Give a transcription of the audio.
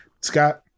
scott